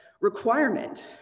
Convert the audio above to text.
requirement